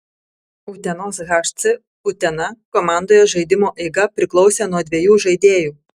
utenos hc utena komandoje žaidimo eiga priklausė nuo dviejų žaidėjų